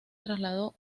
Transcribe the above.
trasladó